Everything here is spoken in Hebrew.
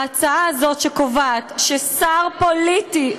ההצעה הזאת שקובעת ששר פוליטי,